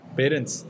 parents